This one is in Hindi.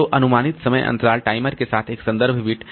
तो अनुमानित समय अंतराल टाइमर के साथ एक संदर्भ बिट